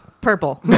Purple